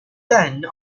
then